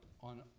on